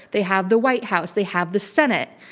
they have the white house, they have the senate,